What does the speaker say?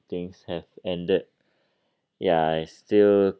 things have ended ya I still